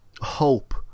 hope